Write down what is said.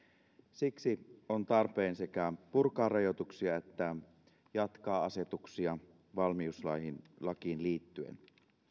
siksi on tarpeen sekä purkaa rajoituksia että jatkaa asetuksia valmiuslakiin liittyen